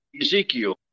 Ezekiel